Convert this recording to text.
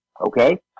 okay